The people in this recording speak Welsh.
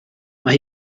mae